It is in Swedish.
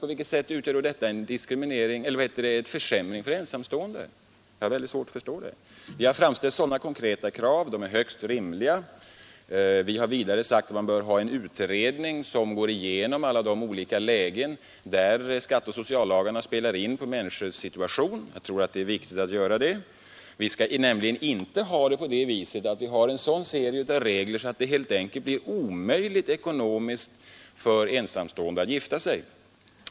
På vilket sätt är detta en försämring för ensamstående? Jag har väldigt svårt att förstå det. Vi har framställt konkreta krav som är högst rimliga. Vi har vidare sagt att en utredning bör gå igenom alla de olika lägen där skatteoch sociallagarna spelar in på människors situation. Jag tror en sådan utredning är viktig. Vi skall nämligen inte ha en sådan serie av regler, att det helt enkelt blir ekonomiskt omöjligt för ensamstående att gifta sig.